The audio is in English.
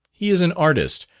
he is an artist,